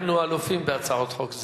אנחנו אלופים בהצעות חוק,